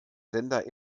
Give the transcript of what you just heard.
sender